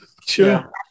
sure